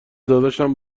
داداشم